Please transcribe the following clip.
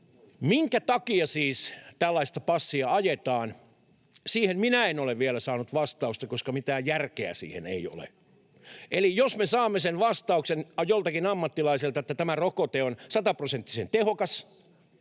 Minkä takia siis tällaista passia ajetaan? Siihen minä en ole vielä saanut vastausta, koska mitään järkeä siinä ei ole. Eli jos me saamme joltakin ammattilaiselta sen vastauksen, että tämä rokote on sataprosenttisen tehokas,